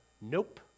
nope